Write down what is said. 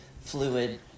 fluid